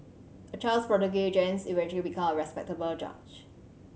a child prodigy James eventually became a respected judge